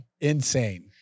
insane